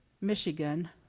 Michigan